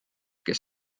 kes